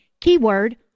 keyword